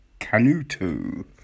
Canuto